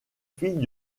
filles